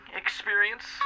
experience